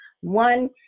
one